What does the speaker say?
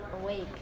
awake